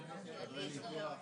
השבוע.